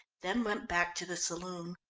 then went back to the saloon.